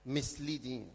Misleading